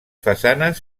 façanes